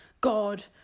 God